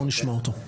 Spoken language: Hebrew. בוא נשמע אותו.